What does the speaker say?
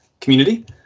community